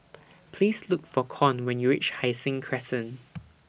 Please Look For Con when YOU REACH Hai Sing Crescent